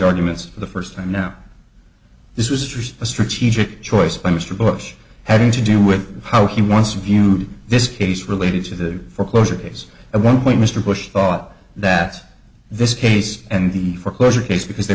arguments for the first time now this was really a strategic choice by mr bush having to do with how he wants of you this case related to the foreclosure days i won't point mr bush thought that this case and the foreclosure case because they